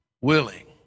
willing